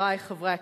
וחברי חברי הכנסת,